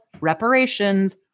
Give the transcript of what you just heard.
reparations